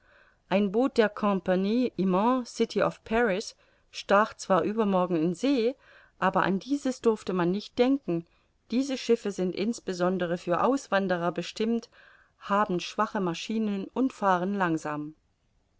ein boot der compagnie imman city of paris stach zwar übermorgen in see aber an dieses durfte man nicht denken diese schiffe sind insbesondere für auswanderer bestimmt haben schwache maschinen und fahren langsam